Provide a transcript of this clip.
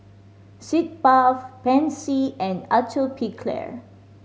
Sitz Bath Pansy and Atopiclair